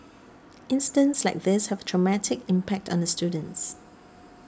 incidents like these have a traumatic impact on the students